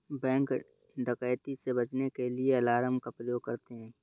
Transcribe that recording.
bank डकैती से बचने के लिए अलार्म का प्रयोग करते है